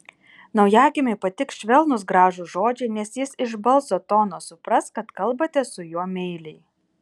naujagimiui patiks švelnūs gražūs žodžiai nes jis iš balso tono supras kad kalbate su juo meiliai